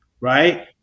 right